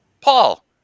Paul